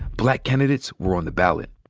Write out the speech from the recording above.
black candidates were on the ballot.